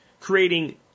creating